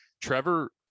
Trevor